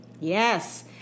Yes